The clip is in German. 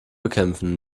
bekämpfen